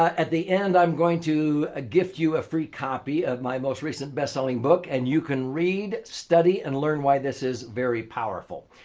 at the end, i'm going to ah gift you a free copy of my most recent best-selling book and you can read study and learn why this is very powerful.